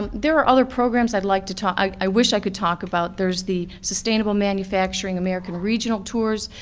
there are other programs i'd like to talk i wish i could talk about. there's the sustainable manufacturing american regional tours,